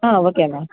ah okay ma'am